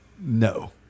no